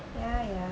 ya ya